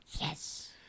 Yes